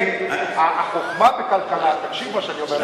ולכן, החוכמה בכלכלה, תקשיב למה שאני אומר לך.